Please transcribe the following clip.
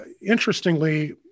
interestingly